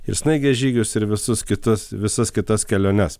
ir snaigės žygius ir visus kitus visas kitas keliones